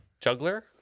Juggler